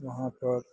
वहाँपर